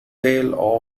tale